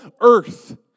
earth